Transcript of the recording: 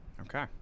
Okay